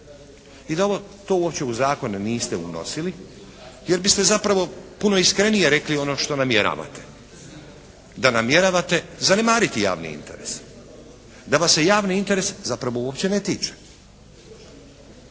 I da ovo, to uopće u zakon niste unosili jer biste zapravo iskrenije rekli ono što namjeravate. Da namjeravate zanemariti javni interes, da vas se javni interes zapravo uopće ne tiče.